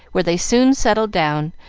where they soon settled down,